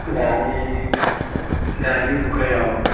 दानि मुगायाव